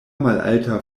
malalta